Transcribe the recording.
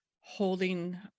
holding